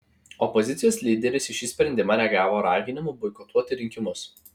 opozicijos lyderis į šį sprendimą reagavo raginimu boikotuoti rinkimus